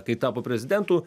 kai tapo prezidentu